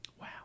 wow